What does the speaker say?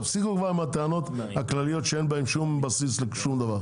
תפסיקו כבר את הטענות הכלליות שאין להם שום בסיס ושום דבר.